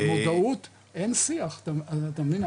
והמודעות, אין שיח, אתה מבין?